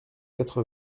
quatre